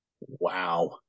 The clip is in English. Wow